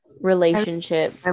relationship